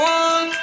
one